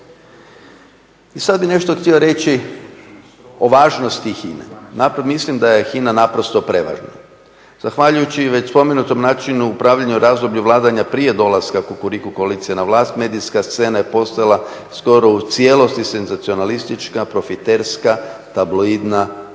I sada bih nešto htio reći o važnosti HINA-e, na to mislim da je HINA naprosto prevažna. Zahvaljujući i već spomenutom načinu upravljanja u razdoblju vladanja prije dolaska Kukuriku koalicije na vlast medijska scena je postala skoro u cijelosti senzacionalistička, profiterska, tabloidna, žuta,